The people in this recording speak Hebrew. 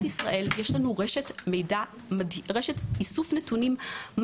ישראל יש לנו רשת מדהימה של איסוף נתונים,